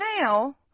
now